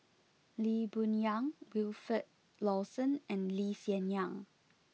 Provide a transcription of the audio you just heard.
Lee Boon Yang Wilfed Lawson and Lee Hsien Yang